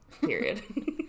Period